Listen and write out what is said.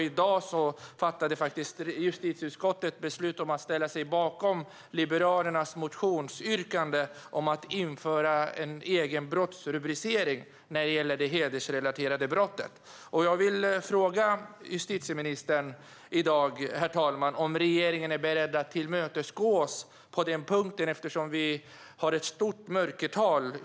I dag fattade justitieutskottet beslut om att ställa sig bakom Liberalernas motionsyrkande om att införa en egen brottsrubricering när det gäller det hedersrelaterade våldet. Herr talman! Jag vill fråga justitieministern om regeringen är beredd att tillmötesgå oss på den här punkten, eftersom vi har ett stort mörkertal.